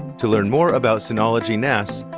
to learn more about synology nas,